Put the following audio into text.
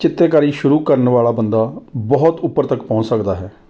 ਚਿੱਤਰਕਾਰੀ ਸ਼ੁਰੂ ਕਰਨ ਵਾਲਾ ਬੰਦਾ ਬਹੁਤ ਉੱਪਰ ਤੱਕ ਪਹੁੰਚ ਸਕਦਾ ਹੈ